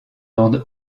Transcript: ordre